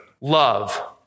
love